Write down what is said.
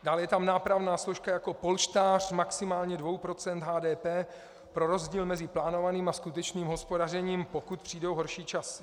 Dále je tam nápravná složka jako polštář maximálně 2 % HDP pro rozdíl mezi plánovaným a skutečným hospodařením, pokud přijdou horší časy.